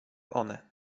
one